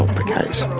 the case.